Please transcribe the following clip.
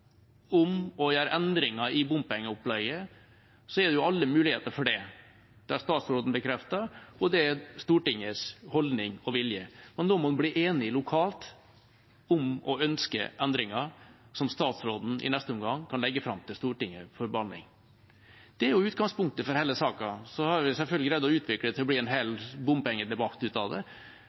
om å gjøre endringer i bompengeopplegget, er det jo alle muligheter for det. Det har statsråden bekreftet, og det er Stortingets holdning og vilje. Men da må en bli enige lokalt om å ønske endringer, som statsråden i neste omgang kan legge fram for Stortinget for behandling. Det er jo utgangspunktet for hele saken. Så har vi selvfølgelig klart å utvikle dette til å bli en hel bompengedebatt, men jeg tenker at vi må iallfall ta oss tilbake til det